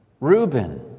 Reuben